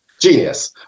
genius